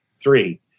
three